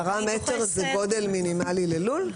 10 מטרים זה גודל מינימלי ללול?